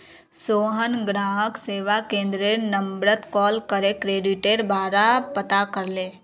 सोहन ग्राहक सेवा केंद्ररेर नंबरत कॉल करे क्रेडिटेर बारा पता करले